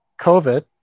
COVID